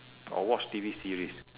or watch T_V series